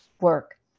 work